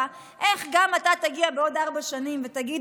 איך גם אתה תגיע בעוד ארבע שנים ותגיד,